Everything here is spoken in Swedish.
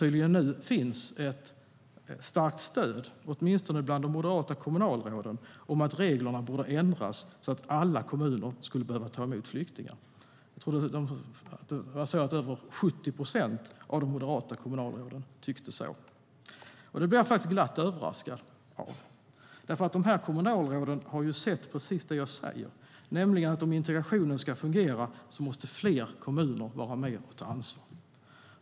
Tydligen finns det nu ett starkt stöd bland de moderata kommunalråden för att reglerna borde ändras så att alla kommuner behöver ta emot flyktingar. Över 70 procent av de moderata kommunalråden tyckte så. Det blev jag glatt överraskad av. Dessa kommunalråd har sett precis det jag säger, nämligen att om integrationen ska fungera måste fler kommuner vara med och ta ansvar.